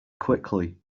quickly